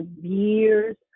years